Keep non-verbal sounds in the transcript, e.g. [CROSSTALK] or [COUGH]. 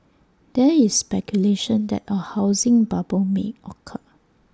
there is [NOISE] speculation that A housing bubble may occur